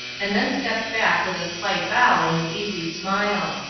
and then stepped back with a slight bow and an easy smile.